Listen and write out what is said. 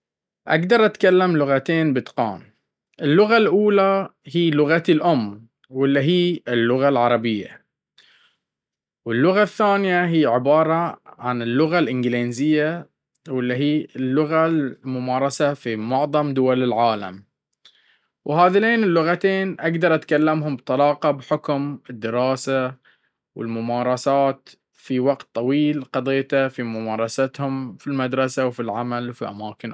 اقدر اتكلم لفتين بإتقان اللفة الأولى هي لغتي الأم واله هي اللغة العربية واللغة الثانية هي عبارة عن اللغة الإنجليزية وهذليت اللفتين أقدر اتكلمهم بطلاقة بحكم الدراسة والممارسة في وقت طويل قضيته في ممارستهم.